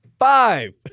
Five